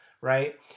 right